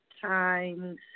times